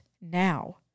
now